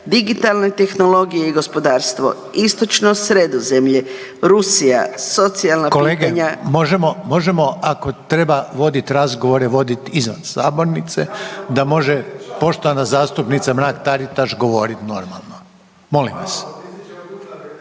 digitalna tehnologija i gospodarstvo, istočno Sredozemlje, Rusija .../Upadica: Kolege, možemo…/... socijalna pitanja. .../Upadica: Možemo, ako treba, voditi razgovore, voditi izvan sabornice da može poštovana zastupnica Mrak-Taritaš govoriti normalno? Molim vas./...